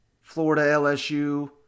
Florida-LSU